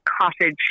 cottage